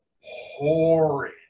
horrid